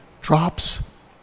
drops